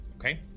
Okay